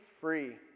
free